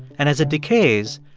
and as it decays,